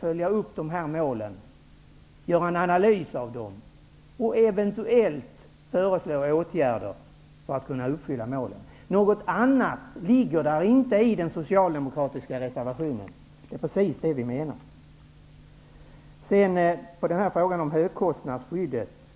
följa upp dessa mål, göra en analys av dem och eventuellt föreslå åtgärder för att kunna uppfylla målen. Det ligger inte något annat i den socialdemokratiska reservationen. Det är precis det vi menar. Låt mig vara tydlig när det gäller frågan om högkostnadsskyddet.